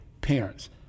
parents